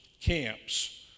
camps